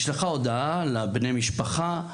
הודעה אליו ולבני משפחתו,